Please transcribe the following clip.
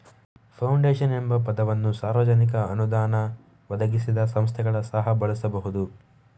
foundation ಎಂಬ ಪದವನ್ನು ಸಾರ್ವಜನಿಕ ಅನುದಾನ ಒದಗಿಸದ ಸಂಸ್ಥೆಗಳು ಸಹ ಬಳಸಬಹುದು